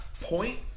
point